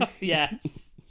Yes